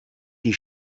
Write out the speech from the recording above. die